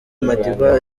madiba